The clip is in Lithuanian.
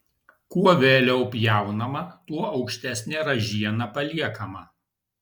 kuo vėliau pjaunama tuo aukštesnė ražiena paliekama